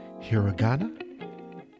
Hiragana